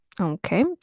okay